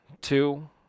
two